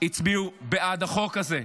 הצביעו בעד החוק הזה,